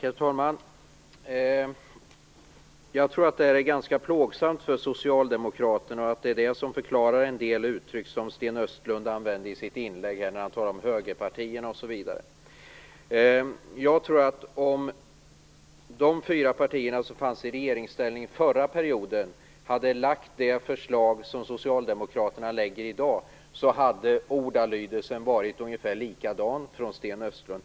Herr talman! Jag tror att detta är ganska plågsamt för Socialdemokraterna och att det är det som förklarar en del uttryck som Sten Östlund använde i sitt inlägg när han talade om högerpartierna, osv. Jag tror att om de fyra partier som var i regeringsställning under förra perioden hade lagt fram det förslag som Socialdemokraterna lägger fram i dag, så hade ordalydelsen varit ungefär likadan från Sten Östlunds sida.